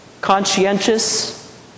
Conscientious